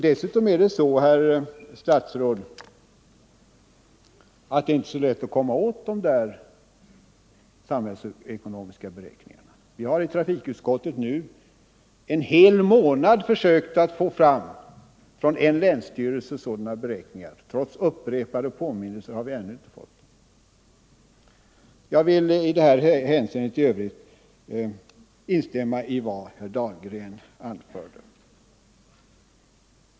Dessutom är det så, herr statsråd, att det inte är så alldeles lätt att komma över dessa samhällsekonomiska beräkningar. Vi har i trafikutskottet nu i en hel månad försökt att få fram sådana beräkningar från en länsstyrelse, men trots upprepade påminnelser har vi ännu inte fått dem. — Jag vill i detta hänseende i övrigt instämma i vad herr Dahlgren anförde.